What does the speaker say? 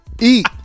eat